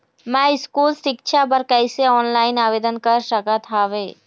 मैं स्कूल सिक्छा बर कैसे ऑनलाइन आवेदन कर सकत हावे?